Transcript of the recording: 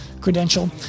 credential